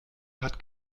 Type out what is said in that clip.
hat